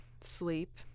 sleep